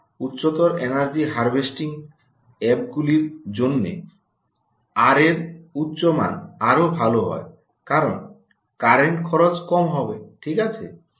উচ্চতর energy harvesting অ্যাপগুলির জন্য আর এর উচ্চ মান আরও ভাল হয় কারণ কারেন্ট খরচ কম হবে ঠিক আছে